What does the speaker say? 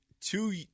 two